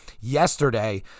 yesterday